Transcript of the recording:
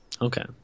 Okay